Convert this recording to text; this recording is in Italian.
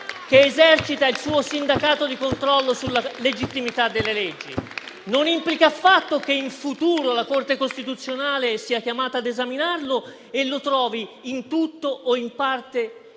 che esercita il suo sindacato di controllo sulla legittimità delle leggi. Non implica affatto che in futuro la Corte costituzionale non sia chiamata a esaminarlo e non lo trovi in tutto o in parte